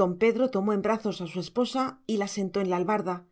don pedro tomó en brazos a su esposa y la sentó en la albarda